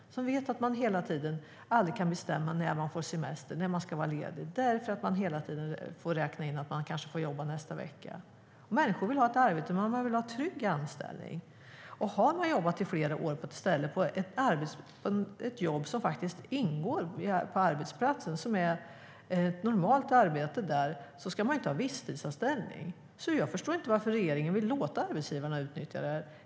Man vet att man aldrig kan bestämma när man ska ha semester och när man ska vara ledig, därför att man hela tiden får räkna med att man kanske får jobba nästa vecka. Människor vill ha ett arbete men en trygg anställning. Har man jobbat i flera år på en arbetsplats och har ett jobb som är ett ordinarie arbete där ska man inte ha visstidsanställning. Jag förstår inte varför vill låta arbetsgivarna utnyttja den här möjligheten.